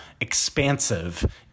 expansive